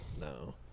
No